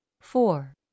four